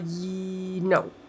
no